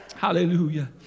Hallelujah